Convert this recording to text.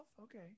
Okay